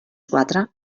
quatre